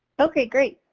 okay, great.